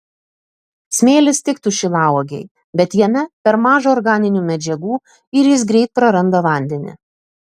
smėlis tiktų šilauogei bet jame per maža organinių medžiagų ir jis greit praranda vandenį